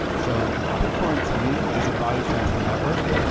so bitcoin to me is a value transfer network,